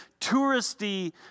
touristy